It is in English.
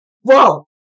Whoa